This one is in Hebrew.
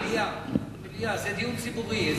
מליאה, זה דיון ציבורי.